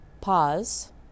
pause